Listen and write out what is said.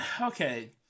okay